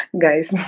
Guys